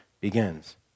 begins